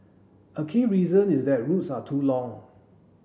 a key reason is that routes are too long